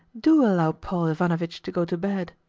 do allow paul ivanovitch to go to bed.